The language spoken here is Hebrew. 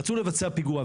רצו לבצע פיגוע,